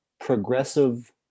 progressive